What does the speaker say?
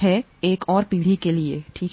है एक और पीढ़ी के लिए ठीक है